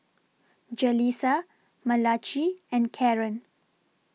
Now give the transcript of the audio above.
Jaleesa Malachi and Karren